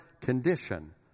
condition